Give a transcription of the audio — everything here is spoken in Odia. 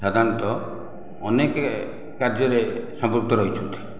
ସାଧାରଣତଃ ଅନେକ କାର୍ଯ୍ୟରେ ସମ୍ପୃକ୍ତ ରହିଛନ୍ତି